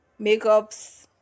makeups